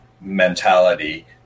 mentality